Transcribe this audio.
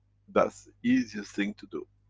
that's the easiest thing to do,